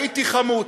הייתי חמוץ.